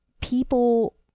people